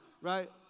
Right